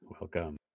Welcome